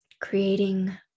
creating